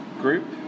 group